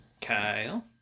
Kyle